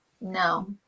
no